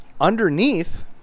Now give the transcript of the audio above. underneath